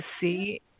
see